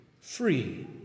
free